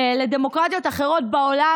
בדמוקרטיות בעולם,